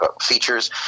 features